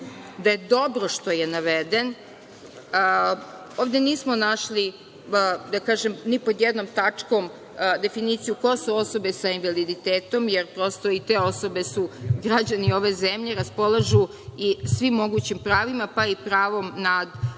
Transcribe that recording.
da je dobro što je naveden, ovde nismo našli ni pod jednom tačkom definiciju ko su osobe sa invaliditetom, jer prosto i te osobe su građani ove zemlje i raspolažu svim mogućim pravima pa i pravom za